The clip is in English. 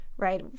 right